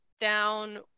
down